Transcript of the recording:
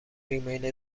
ریمیل